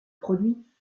produit